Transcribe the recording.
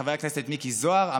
חבר הכנסת מיקי זוהר,